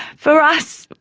for us,